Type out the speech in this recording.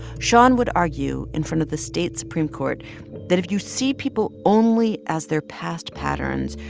shon would argue in front of the state supreme court that if you see people only as their past patterns,